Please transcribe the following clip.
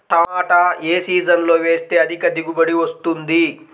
టమాటా ఏ సీజన్లో వేస్తే అధిక దిగుబడి వస్తుంది?